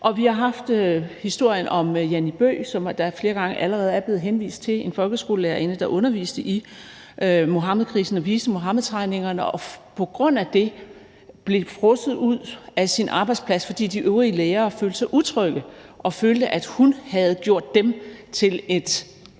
vi har haft historien om Jannie Bøgh, som der flere gange allerede er blevet henvist til – en folkeskolelærerinde, der underviste i Muhammedkrisen og viste Muhammedtegningerne og på grund af det blev frosset ud af sin arbejdsplads, fordi de øvrige lærere følte sig utrygge og følte, at hun havde gjort dem til et